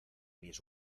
mis